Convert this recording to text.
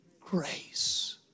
grace